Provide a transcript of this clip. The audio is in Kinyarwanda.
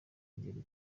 nyinshi